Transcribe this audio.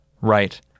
right